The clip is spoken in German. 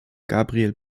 gabriel